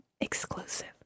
Exclusive